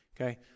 Okay